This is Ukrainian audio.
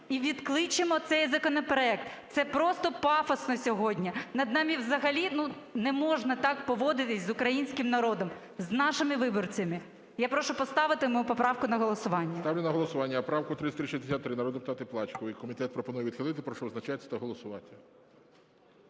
і відкличемо цей законопроект. Це просто пафосно сьогодні. Над нами взагалі… Не можна так поводитись з українським народом, з нашими виборцями. Я прошу поставити мою поправку на голосування.